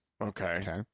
Okay